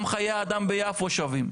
גם חיי אדם ביפו שווים.